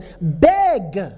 Beg